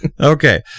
Okay